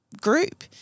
group